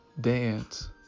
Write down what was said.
dance